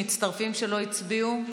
מצטרפים שלא הצביעו?